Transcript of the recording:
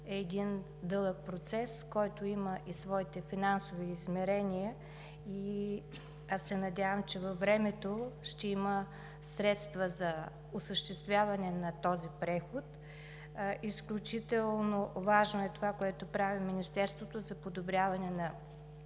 е дълъг процес, който има и своите финансови измерения. Надявам се, че във времето ще има средства за осъществяване на този преход. Изключително важно е това, което прави Министерството за подобряване на